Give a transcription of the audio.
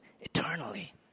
eternally